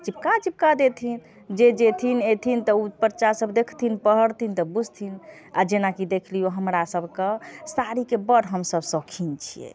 चिपका चिपका देथिन जे जेथिन अइथिन तऽ ओहि परचासब देखथिन पढ़थिन तऽ बुझथिन आओर जेनाकि देखि लिऔ हमरासबके साड़ीके बड़ हमसब शौकीन छिए